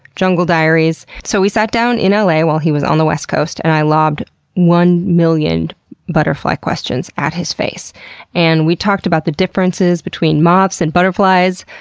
jungle diaries. so we sat down in la while he was on the west coast and i lobbed one million butterfly questions at his face and we talked about the differences between moths and butterflies,